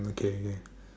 okay okay